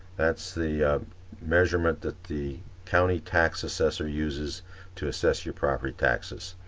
that's the measurement that the county tax assessor uses to assess your property taxes.